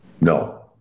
No